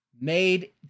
made